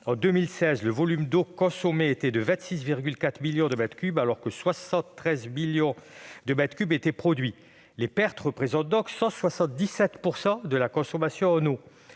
En 2016 le volume d'eau consommée était de 26,4 millions de mètres cubes, alors que 73,1 millions de mètres cubes étaient produits. » Les pertes représentent donc 177 % de la consommation en eau